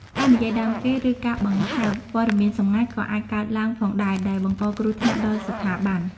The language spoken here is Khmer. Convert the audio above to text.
ការនិយាយដើមគេ ឬការបង្ហើបព័ត៌មានសម្ងាត់ក៏អាចកើតឡើងផងដែរ ដែលបង្កគ្រោះថ្នាក់ដល់ស្ថាប័ន។